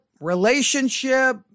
relationship